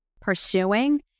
pursuing